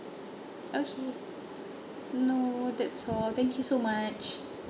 okay no that's all thank you so much